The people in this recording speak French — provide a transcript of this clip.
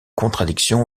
contradictions